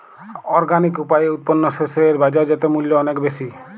organic উপায়ে উৎপন্ন শস্য এর বাজারজাত মূল্য অনেক বেশি